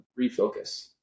refocus